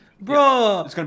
Bro